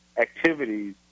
activities